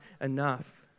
enough